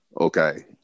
Okay